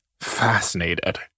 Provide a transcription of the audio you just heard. fascinated